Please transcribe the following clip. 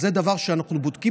אז זה דבר שאנחנו בודקים.